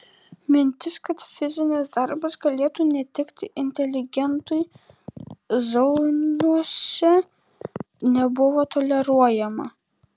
mintis kad fizinis darbas galėtų netikti inteligentui zauniuose nebuvo toleruojama